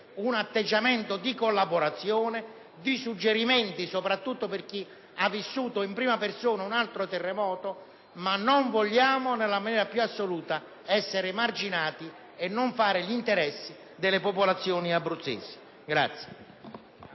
un atteggiamento di collaborazione e di proposta, soprattutto chi ha vissuto in prima persona un altro terremoto, ma non vogliamo nella maniera più assoluta essere emarginati e tacciati di non fare gli interessi delle popolazioni abruzzesi.